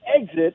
exit